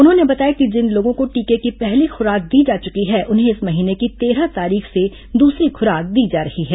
उन्होंने बताया कि जिन लोगों को टीके की पहली खुराक दी जा चुकी है उन्हें इस महीने की तेरह तारीख से दूसरी खुराक दी जा रही है